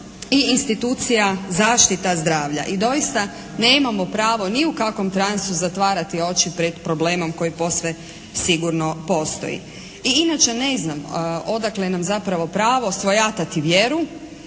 i institucija zaštita zdravlja. I doista nemamo pravo ni u kakvom transu zatvarati oči pred problemom koji posve sigurno postoji. I inače ne znam odakle nam zapravo pravo svojatati vjeru